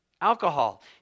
alcohol